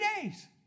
days